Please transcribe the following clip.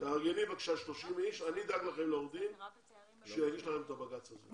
תארגני בבקשה 30 אנשים ואני אדאג לכם לעורך דין שיגיש לכם את הבג"צ הזה.